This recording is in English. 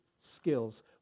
skills